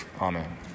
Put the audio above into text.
Amen